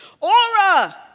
Aura